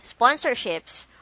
sponsorships